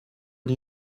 are